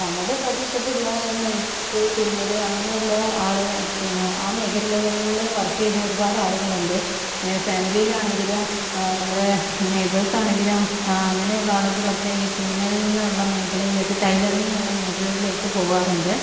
നമ്മുടെ പ്രദേശത്തുള്ള നെയ്ത്ത് തുന്നല് അങ്ങനെയുള്ള ആള് പിന്നെ ആ മേഖലകളില് വർക്ക് ചെയ്യുന്ന ഒരുപാട് ആളുകളുണ്ട് ഫാമിലിയിൽ ആണങ്കിലും നമ്മുടെ നെയ്ബേഴ്സ് ആണങ്കിലും ആ അങ്ങനെയുള്ള ആളുകളൊക്കെ ഈ തുന്നൽ എന്നുള്ള മേഖലയിലേക്ക് ടൈലറിംഗ് എന്നുള്ള മേഖലയിലേക്ക് പോകാറുണ്ട്